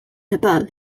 above